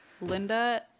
Linda